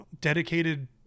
dedicated